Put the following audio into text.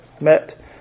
met